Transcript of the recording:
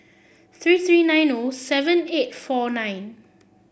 three three nine O seven eight four nine